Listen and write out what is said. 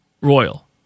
Royal